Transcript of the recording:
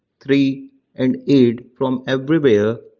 three and eight from everywhere.